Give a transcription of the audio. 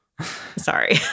Sorry